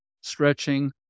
stretching